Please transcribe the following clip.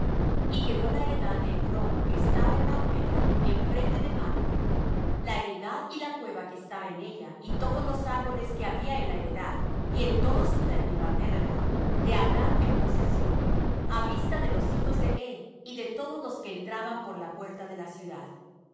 y quedó la heredad de ephrón que estaba en macpela enfrente de mamre la heredad y la cueva que estaba en ella y todos los árboles que había en la heredad y en todo su término al derredor por de abraham en posesión á vista de los hijos de heth y de todos los que entraban por la puerta de la ciudad